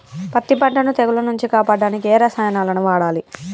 పత్తి పంటని తెగుల నుంచి కాపాడడానికి ఏ రసాయనాలను వాడాలి?